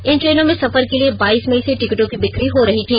इन ट्रेनों में सफर के लिए बाईस मई से टिकटों की बिक्री हो रही थी